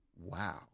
Wow